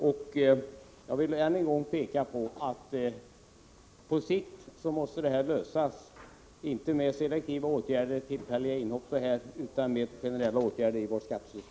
Onsdagen den Jag vill än en gång peka på att problemet måste lösas på sikt, inte med 12 december 1984 selektiva åtgärder och tillfälliga inhopp, utan med generella åtgärder i vårt